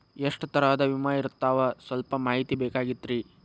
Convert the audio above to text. ಎಷ್ಟ ತರಹದ ವಿಮಾ ಇರ್ತಾವ ಸಲ್ಪ ಮಾಹಿತಿ ಬೇಕಾಗಿತ್ರಿ